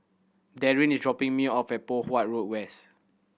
Darryn is dropping me off at Poh Huat Road West